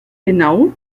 genau